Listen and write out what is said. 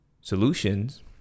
solutions